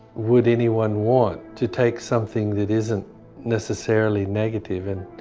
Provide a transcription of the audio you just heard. would anyone want to take something that isn't necessarily negative and,